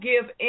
give